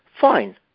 fine